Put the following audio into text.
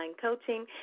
Coaching